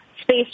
space